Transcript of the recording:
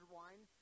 wine